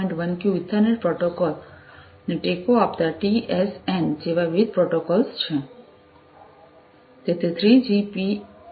1Q Ethernet Protocol ને ટેકો આપતા ટીએસએન જેવા વિવિધ પ્રોટોકોલ છે